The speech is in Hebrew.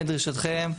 לדרישתכם,